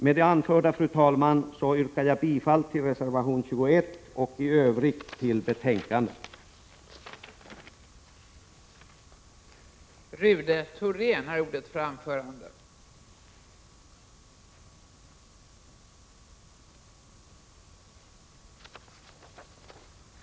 Med det anförda yrkar jag bifall till reservation 21 och i övrigt till utskottets hemställan i betänkandet.